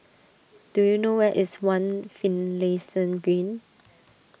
do you know where is one Finlayson Green